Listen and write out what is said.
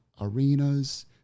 arenas